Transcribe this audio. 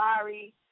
sorry